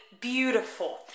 beautiful